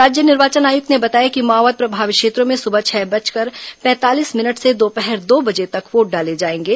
राज्य निर्वाचन आयुक्त ने बताया कि माओवाद प्रभावित क्षेत्रों में सुबह छह बजकर पैंतालीस मिनट से दोपहर दो बजे तक वोट डाले जाएंगे